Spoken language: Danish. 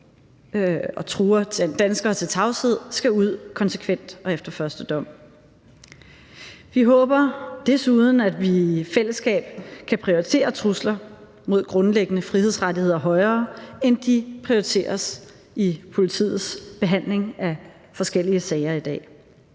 og truer danskere til tavshed, skal ud konsekvent og efter første dom. Vi håber desuden, at vi i fællesskab kan prioritere trusler mod grundlæggende frihedsrettigheder højere, end de prioriteres i politiets behandling af forskellige sager i dag.